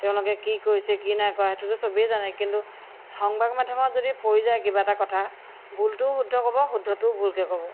তেওঁলোকে কি কৰিছে কি নাই কৰা সেইটোতো চবেই জানে কিন্তু সংবাদ মাধ্যমত যদি পৰি যায় কিবা এটা কথা ভুলটোও শুদ্ধ ক'ব শুদ্ধটোও ভুলকৈ ক'ব